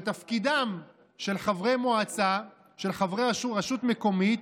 תפקידם של חברי מועצה, של חברי רשות מקומית,